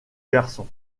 garçon